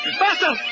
faster